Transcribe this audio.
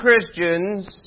Christians